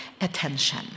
attention